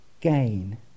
gain